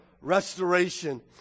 restoration